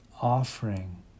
offering